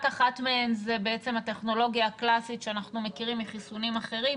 אחת מהן היא הטכנולוגיה הקלאסית שאנחנו מכירים מחיסונים אחרים.